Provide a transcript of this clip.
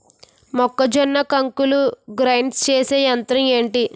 మొక్కజొన్న కంకులు గ్రైండ్ చేసే యంత్రం ఏంటి?